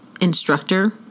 instructor